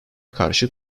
karşı